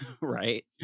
right